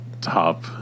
top